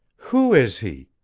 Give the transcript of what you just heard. who is he?